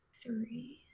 three